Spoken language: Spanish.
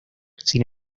sin